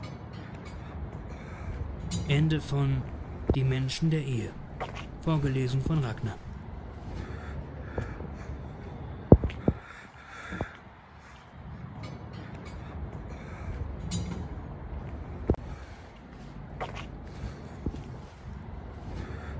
die menschen der ehe by john